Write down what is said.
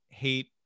hate